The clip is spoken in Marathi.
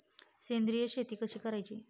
सेंद्रिय शेती कशी करायची?